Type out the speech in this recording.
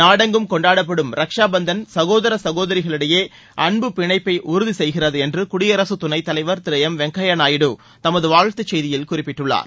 நாடெங்கும் கொண்டாடப்படும் ரக்ஷா பந்தள் சகோதர சகோதரிகளிடையே அன்பு பிணைப்பை உறுதி செய்கிறது என்று குடியரசுத் துணைத் தலைவர் திரு எம் வெங்கையா நாயுடு தமது வாழ்த்துச் செய்தியில் குறிப்பிட்டுள்ளார்